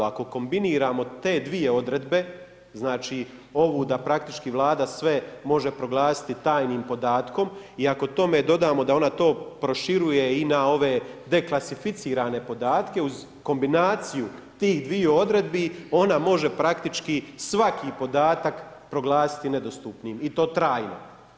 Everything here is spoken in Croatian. Ako kombiniramo te dvije odredbe, znači ovu da praktički vlada sve može proglasiti tajnim podatkom i ako tome dodamo da ona to proširuje i na ove deklasificirane podatke, uz kombinaciju tih dviju odredbi, ona može praktički svaki podatak proglasiti nedostupnim i to trajno.